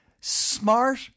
smart